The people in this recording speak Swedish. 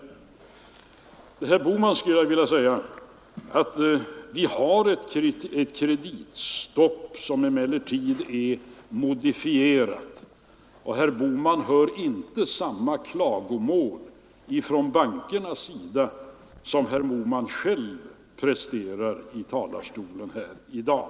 Till herr Bohman skulle jag vilja säga att vi har ett kreditstopp som emellertid är modifierat, och herr Bohman hör inte samma klagomål från bankernas sida som herr Bohman själv presterat i talarstolen här i dag.